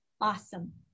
awesome